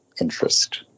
interest